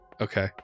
Okay